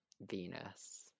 Venus